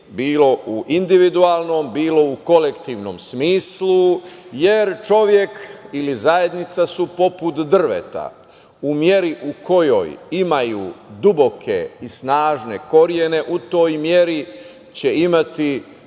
bilo u individualno, bilo u kolektivnom smislu. Čovek ili zajednica su poput drveta u meri u kojoj imaju duboke i snažne korene, u toj meri će imati